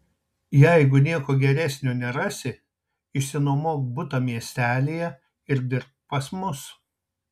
jeigu nieko geresnio nerasi išsinuomok butą miestelyje ir dirbk pas mus